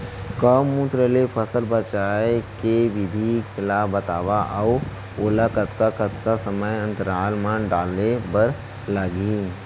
गौमूत्र ले फसल बचाए के विधि ला बतावव अऊ ओला कतका कतका समय अंतराल मा डाले बर लागही?